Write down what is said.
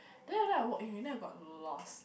then after I walk in already and then I got lost